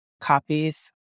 copies